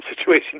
situation